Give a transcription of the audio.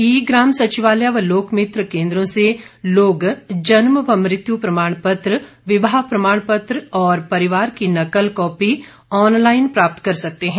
ई ग्राम सचिवालय व लोकमित्र केंद्रों से लोग जन्म व मृत्यु प्रमाण पत्र विवाह प्रमाण पत्र और परिवार की नकल कॉपी ऑनलाईन प्राप्त कर सकते हैं